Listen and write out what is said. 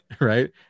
right